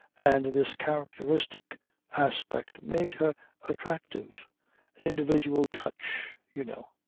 and this characteristic aspect made her attractive an individual touch you know.